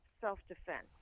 self-defense